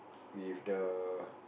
with the